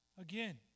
Again